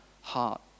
heart